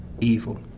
evil